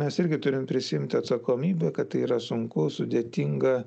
mes irgi turim prisiimti atsakomybę kad tai yra sunku sudėtinga